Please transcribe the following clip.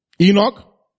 Enoch